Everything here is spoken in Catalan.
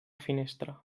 finestra